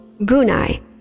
Gunai